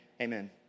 Amen